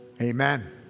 amen